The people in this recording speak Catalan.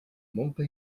molta